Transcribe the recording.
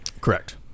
Correct